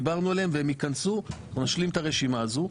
דיברנו עליהם והם ייכנסו ונשלים את הרשימה הזו.